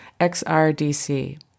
XRDC